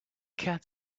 cat